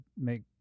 make